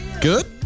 good